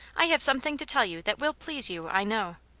i have something to tell you that will please you, i know.